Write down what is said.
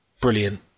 brilliant